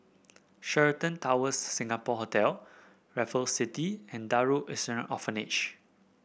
Sheraton Towers Singapore Hotel Raffles City and Darul Ihsan Orphanage